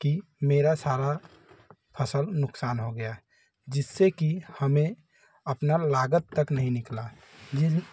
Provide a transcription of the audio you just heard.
कि मेरा सारा फ़सल नुकसान हो गया जिससे कि हमें अपना लागत तक नहीं निकला जिन